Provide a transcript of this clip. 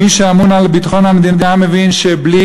מי שאמון על ביטחון המדינה מבין שבלי